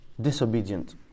disobedient